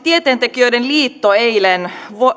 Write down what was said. tieteentekijöiden liitto eilen